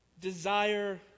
Desire